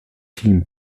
team